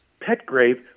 Petgrave